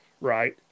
right